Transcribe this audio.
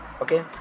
Okay